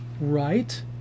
right